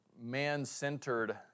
man-centered